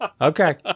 Okay